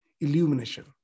illumination